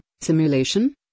simulation